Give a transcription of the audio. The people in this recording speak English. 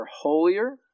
holier